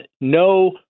no